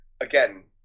again